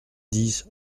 dix